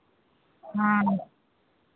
हँ